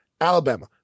Alabama